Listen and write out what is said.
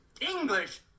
English